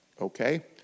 okay